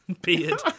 beard